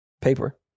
paper